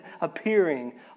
appearing